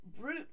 brute